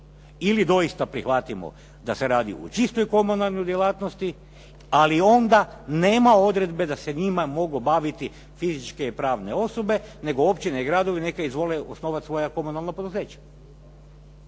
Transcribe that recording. Ili doista prihvatimo da se radi o čistoj komunalnoj djelatnosti, ali onda nema odredbe da se njima mogu baviti fizičke i pravne osobe, nego općine i gradovi neka izvole osnovati svoja komunalna poduzeća.